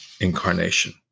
incarnation